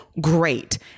great